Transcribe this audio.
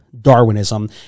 Darwinism